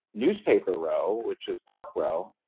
newspaper row, which is park row,